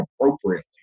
appropriately